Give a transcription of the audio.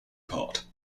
part